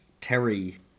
Terry